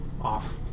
off